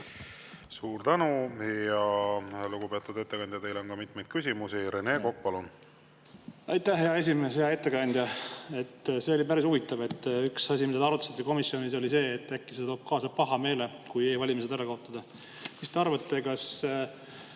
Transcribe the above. Suur tänu! Lugupeetud ettekandja, teile on ka mitmeid küsimusi. Rene Kokk, palun! Aitäh, hea esimees! Hea ettekandja! See oli päris huvitav, et üks asi, mida te komisjonis arutasite, oli see, et äkki see toob kaasa pahameele, kui e-valimised ära kaotada. Mis te arvate, kas